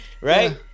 Right